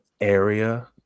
area